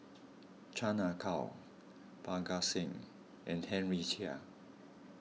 Chan Ah Kow Parga Singh and Henry Chia